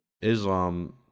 Islam